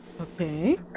Okay